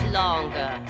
longer